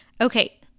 Okay